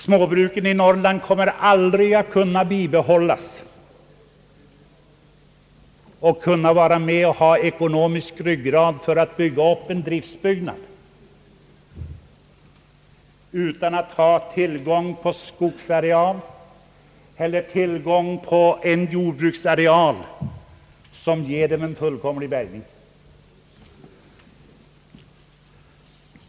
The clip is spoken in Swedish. Småbruken i Norrland kommer aldrig att kunna bibehållas och få tillräcklig ekonomisk ryggrad för att ge underlag för nya driftsbyggnader utan tillgång till en skogseller jordbruksareal som är tillräckligt stor för att kunna lämna en fullständig bärgning.